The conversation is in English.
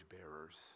bearers